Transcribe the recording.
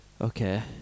Okay